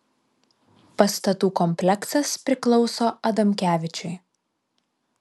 pastatų kompleksas priklauso adamkevičiui